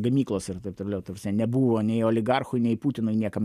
gamyklos ir taip toliau ta prasme nebuvo nei oligarchų nei putino niekam ne